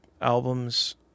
albums